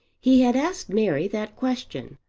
he had asked mary that question,